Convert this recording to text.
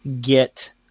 get